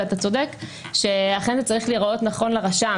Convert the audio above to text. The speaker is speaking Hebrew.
ואתה צודק שזה צריך להיראות לרשם.